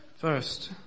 First